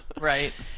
right